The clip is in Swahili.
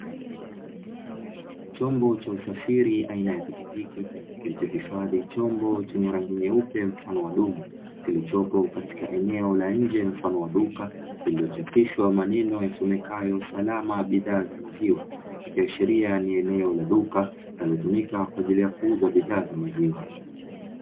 Chombo cha usafiri aina ya pikipiki kilichohifadhi chombo chenye rangi nyeupe